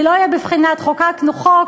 זה לא יהיה בבחינת: חוקקנו חוק,